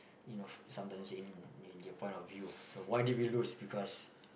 you know sometimes in in your point of view so why did we lose because